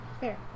Fair